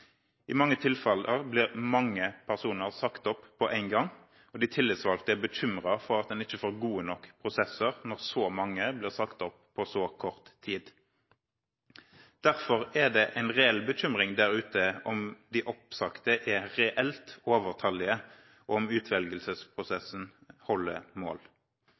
i livet. I mange tilfeller blir mange personer sagt opp på én gang, og de tillitsvalgte er bekymret for at man ikke får gode nok prosesser når så mange blir sagt opp på så kort tid. Derfor er det en reell bekymring der ute om de oppsagte er reelt overtallige og om utvelgelsesprosessen holder mål.